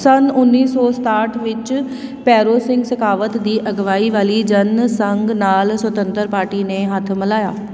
ਸੰਨ ਉੱਨੀ ਸੌ ਸਤਾਹਠ ਵਿੱਚ ਭੈਰੋਂ ਸਿੰਘ ਸ਼ੇਖਾਵਤ ਦੀ ਅਗਵਾਈ ਵਾਲੀ ਜਨ ਸੰਘ ਨਾਲ ਸੁਤੰਤਰ ਪਾਰਟੀ ਨੇ ਹੱਥ ਮਿਲਾਇਆ